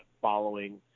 following